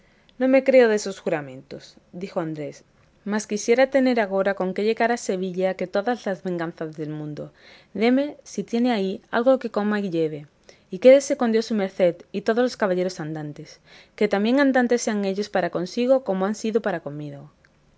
no me creo desos juramentos dijo andrés más quisiera tener agora con qué llegar a sevilla que todas las venganzas del mundo déme si tiene ahí algo que coma y lleve y quédese con dios su merced y todos los caballeros andantes que tan bien andantes sean ellos para consigo como lo han sido para conmigo